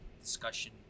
discussion